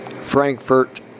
Frankfurt